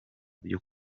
byo